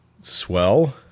Swell